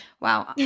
wow